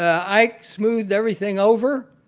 ah ike smoothed everything over.